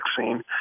vaccine